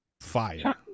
Fire